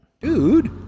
Dude